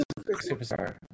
Superstar